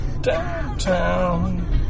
Downtown